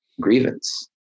grievance